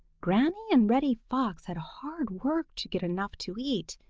granny and reddy fox had hard work to get enough to eat,